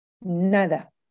Nada